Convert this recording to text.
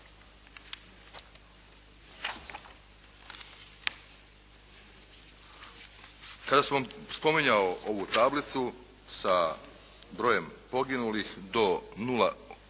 Kada sam spominjao ovu tablicu sa brojem poginulih do 0,